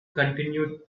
continue